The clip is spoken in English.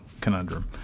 conundrum